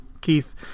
Keith